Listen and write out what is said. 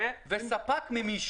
וספק ממישהו.